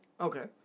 Okay